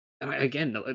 again